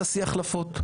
שתעשה החלפות.